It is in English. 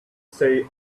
say